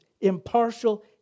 impartial